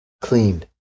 clean